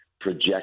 project